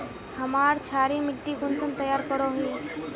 हमार क्षारी मिट्टी कुंसम तैयार करोही?